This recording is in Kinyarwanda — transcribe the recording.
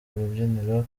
rubyiniro